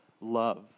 love